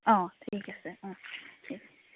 অঁ ঠিক আছে অঁ ঠিক আছে অঁ